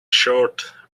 short